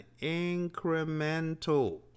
incremental